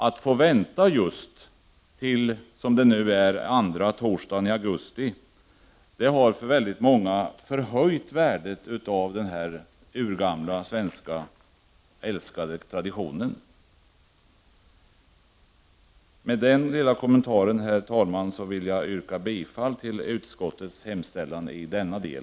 Att få vänta till just, som det nu är, andra torsdagen i augusti har för väldigt många förhöjt värdet av denna urgamla svenska, älskade tradition. Med den lilla kommentaren, herr talman, vill jag yrka bifall till utskottets hemställan i denna del.